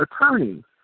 attorney